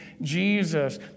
Jesus